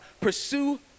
pursue